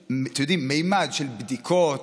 איזשהו ממד של בדיקות,